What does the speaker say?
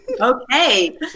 okay